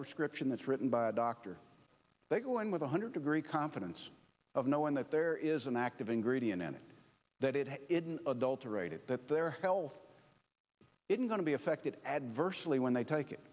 prescription that's written by a doctor they go in with one hundred degree confidence of knowing that there is an active ingredient in it that it isn't adulterated that their health isn't going to be affected adversely when they take it